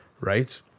right